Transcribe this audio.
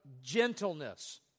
gentleness